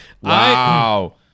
Wow